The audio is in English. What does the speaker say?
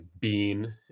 Bean